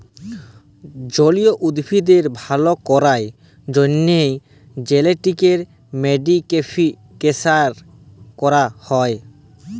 জলীয় জীবদের ভাল ক্যরার জ্যনহে জেলেটিক মডিফিকেশাল ক্যরা হয়